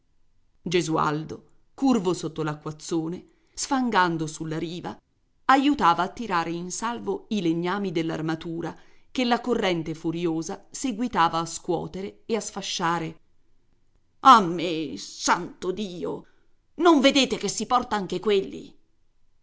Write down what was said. gesualdo curvo sotto l'acquazzone sfangando sulla riva aiutava a tirare in salvo i legnami dell'armatura che la corrente furiosa seguitava a scuotere e a sfasciare a me santo dio non vedete che si porta anche quelli